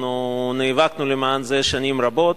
אנחנו נאבקנו למען זה שנים רבות.